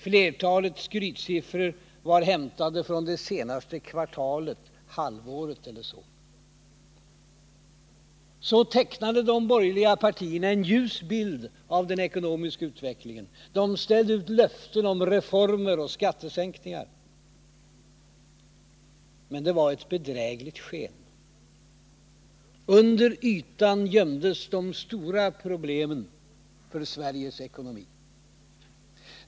Flertalet skrytsiffror var hämtade från det senaste kvartalet, halvåret eller så. Så tecknade de borgerliga partierna en ljus bild av den ekonomiska utvecklingen. De ställde ut löften om reformer och skattesänkningar. Men det var ett bedrägligt sken. Under ytan gömdes de stora problemen för Sveriges ekonomi.